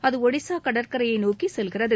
அது ஒடிசா கடற்கரையை நோக்கி செல்கிறது